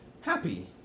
happy